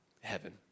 heaven